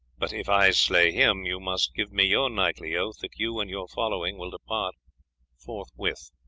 but if i slay him, you must give me your knightly oath that you and your following will depart forthwith.